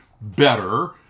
better